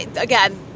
again